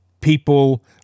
people